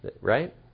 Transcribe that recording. Right